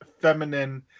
feminine